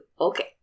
okay